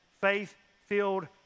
Faith-filled